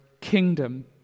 kingdom